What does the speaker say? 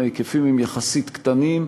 ההיקפים הם יחסית קטנים,